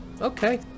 Okay